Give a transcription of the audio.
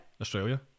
Australia